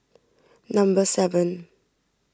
number seven